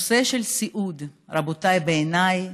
הנושא של סיעוד, רבותיי, בעיניי